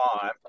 time